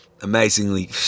amazingly